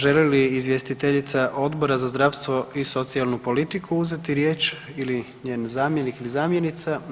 Želi li izvjestiteljica Odbora za zdravstvo i socijalnu politiku uzeti riječ ili njen zamjenik ili zamjenica?